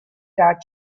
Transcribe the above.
guard